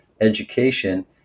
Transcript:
education